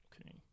Okay